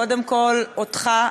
קודם כול אותך,